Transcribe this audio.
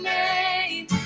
name